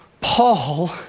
Paul